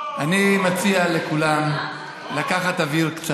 אני מציע לכולם לקחת קצת אוויר.